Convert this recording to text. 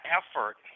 effort